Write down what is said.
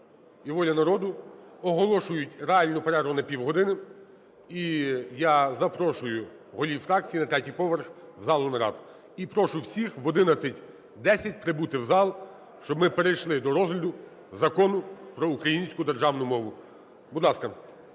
І "Воля народу". Оголошують реальну перерву на півгодини. І я запрошую голів фракцій на третій поверх в залу нарад. І прошу всіх об 11:10 прибути в зал, щоб ми перейшли до розгляду Закону про українську державну мову. Будь ласка.